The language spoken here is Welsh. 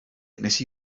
nes